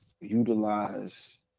utilize